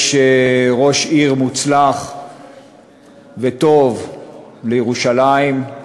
יש ראש עיר מוצלח וטוב לירושלים,